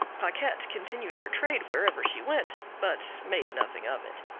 paquette continued her trade wherever she went, but made nothing of it.